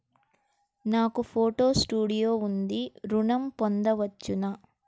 నాకు photo studio ఉంది ఋణం పొంద వచ్చునా?